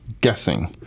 guessing